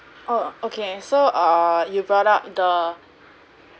oh okay so err you brought up the